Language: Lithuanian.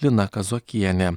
lina kazokienė